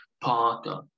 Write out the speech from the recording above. Parker